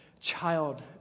child